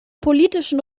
politischen